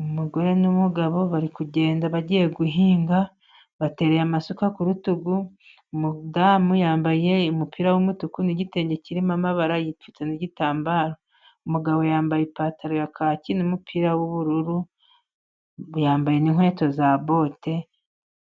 Umugore n'umugabo bari kugenda bagiye guhinga. Batereye amasuka ku rutugu. Umudamu yambaye umupira w'umutuku, n'igitenge kirimo amabara. Yipfutse n'igitambaro. Umugabo yambaye ipantaro ya kaki n'umupira w'ubururu, yambaye inkweto za bote.